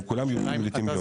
הם כולם יורדים לטמיון.